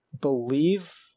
believe